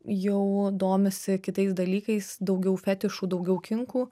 jau domisi kitais dalykais daugiau fetišu daugiau kinku